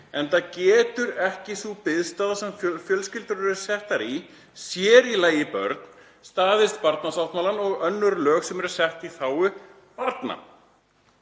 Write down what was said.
enda getur ekki sú biðstaða sem fjölskyldur eru settar í, sér í lagi börn, staðist barnasáttmálann og önnur lög sem sett eru í þágu barna.“